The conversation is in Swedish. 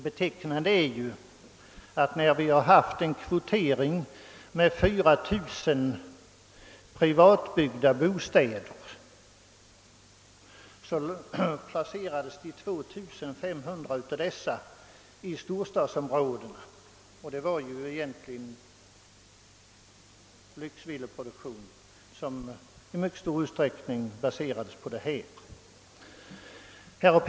Betecknande är att när vi hade en kvotering med 4 000 privatbyggda bostäder placerades 2500 av dessa i storstadsområdena, och det rörde sig i stor utsträckning om s.k. lyxvillaproduktion.